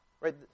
Right